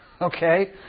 okay